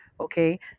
Okay